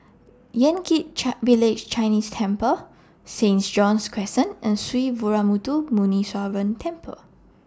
Yan Kit chart Village Chinese Temple Saint John's Crescent and Sree Veeramuthu Muneeswaran Temple